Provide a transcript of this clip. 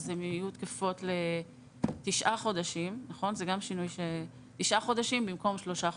הן יהיו תקפות לתשעה חודשים במקום לשלושה חודשים.